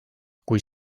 kui